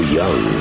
young